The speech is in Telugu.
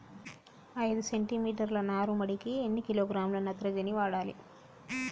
ఐదు సెంటి మీటర్ల నారుమడికి ఎన్ని కిలోగ్రాముల నత్రజని వాడాలి?